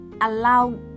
Allow